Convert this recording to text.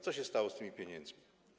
Co się stało z tymi pieniędzmi?